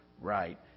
right